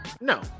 no